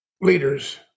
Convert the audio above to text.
leaders